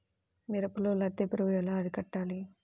మిరపలో లద్దె పురుగు ఎలా అరికట్టాలి?